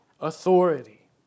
authority